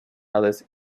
others